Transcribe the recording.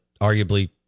arguably